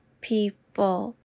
people